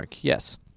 yes